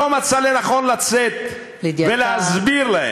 לא מצא לנכון לצאת ולהסביר להם.